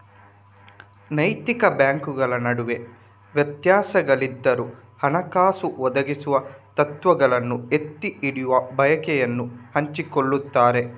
ನೈತಿಕ ಬ್ಯಾಂಕುಗಳ ನಡುವೆ ವ್ಯತ್ಯಾಸಗಳಿದ್ದರೂ, ಹಣಕಾಸು ಒದಗಿಸುವ ತತ್ವಗಳನ್ನು ಎತ್ತಿ ಹಿಡಿಯುವ ಬಯಕೆಯನ್ನು ಹಂಚಿಕೊಳ್ಳುತ್ತಾರೆ